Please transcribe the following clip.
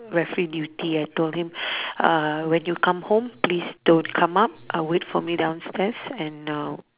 referee duty I told him uh when you come home please don't come up uh wait for me downstairs and uh